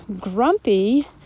Grumpy